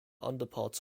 underparts